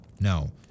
No